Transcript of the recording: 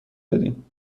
دادیم